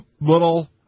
little